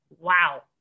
wow